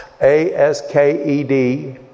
A-S-K-E-D